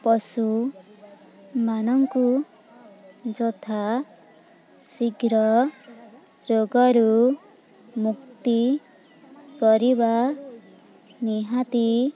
ପଶୁମାନଙ୍କୁ ଯଥା ଶୀଘ୍ର ରୋଗରୁ ମୁକ୍ତି କରିବା ନିହାତି